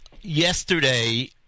yesterday